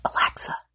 Alexa